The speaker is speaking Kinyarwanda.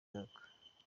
mwaka